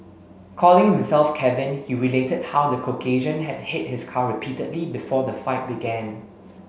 calling himself Kevin he related how the Caucasian had hit his car repeatedly before the fight began